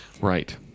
Right